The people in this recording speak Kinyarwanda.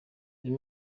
uyu